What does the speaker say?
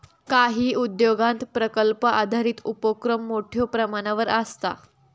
काही उद्योगांत प्रकल्प आधारित उपोक्रम मोठ्यो प्रमाणावर आसता